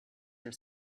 your